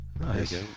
Nice